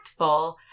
impactful